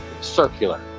circular